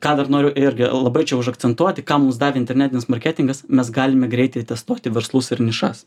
ką dar noriu irgi labai čia užakcentuoti ką mums davė internetinis marketingas mes galime greitai testuoti verslus ir nišas